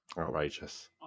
outrageous